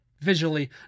Visually